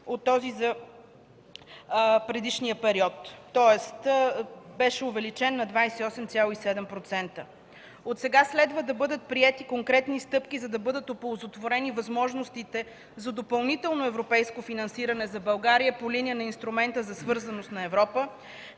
от този за предишния период, тоест беше увеличен на 28,7%. Отсега следва да бъдат приети конкретни стъпки, за да бъдат оползотворени възможностите за допълнително европейско финансиране за България по линия на инструмента за свързаност на Европа,